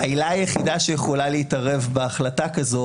העילה היחידה שיכולה להתערב בהחלטה כזאת